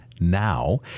now